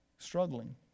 Struggling